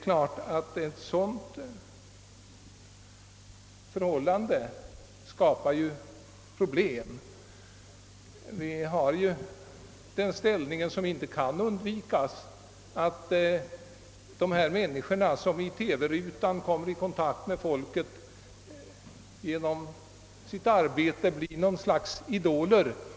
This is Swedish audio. Ett sådant förhållande skapar naturligtvis problem. Personer, som i TV-rutan kommer i kontakt med folket, blir lätt något slags idoler.